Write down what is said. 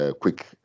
quick